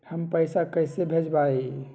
हम पैसा कईसे भेजबई?